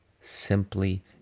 simply